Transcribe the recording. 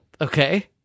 Okay